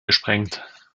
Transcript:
gesprengt